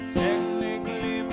technically